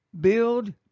Build